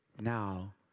Now